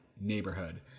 neighborhood